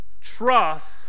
trust